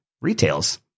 retail's